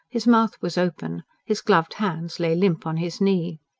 his mouth was open, his gloved hands lay limp on his knee.